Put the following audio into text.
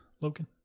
logan